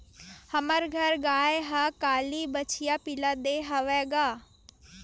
हमर घर गाय ह काली बछिया पिला दे हवय गा